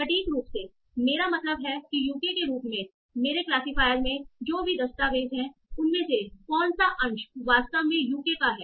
सटीक रूप से मेरा मतलब है कि यूके के रूप में मेरे क्लासिफायर में जो भी दस्तावेज हैं उनमें से कौन सा अंश वास्तव में यूके का है